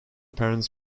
parents